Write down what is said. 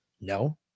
No